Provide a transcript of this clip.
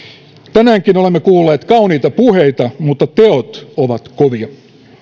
tänäänkin olemme kuulleet kauniita puheita mutta teot ovat kovia